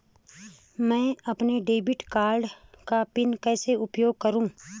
मैं अपने debit card का पिन कैसे उपयोग करूँ?